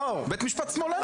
בית משפט שמאלני.